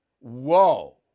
whoa